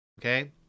Okay